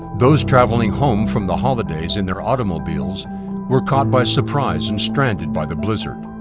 those traveling home from the holidays in their automobiles were caught by surprise and stranded by the blizzard.